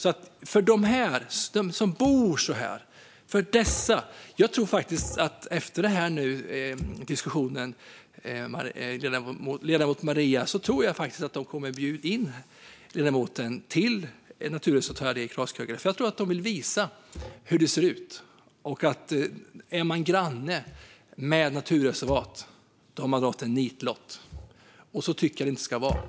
Jag tror faktiskt att de som bor vid naturreservatet i Kraskögle efter denna diskussion kommer att bjuda in ledamoten Maria till reservatet. Jag tror att de vill visa hur det ser ut och att den som är granne med ett naturreservat har dragit en nitlott. Så tycker jag inte att det ska vara.